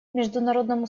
международному